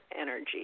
energy